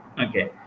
Okay